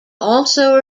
also